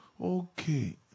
okay